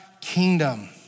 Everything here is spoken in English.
kingdom